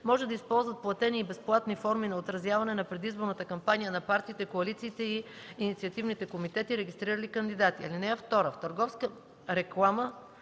може да използват платени и безплатни форми на отразяване на предизборната кампания на партии, коалициите и инициативните комитети, регистрирали кандидати.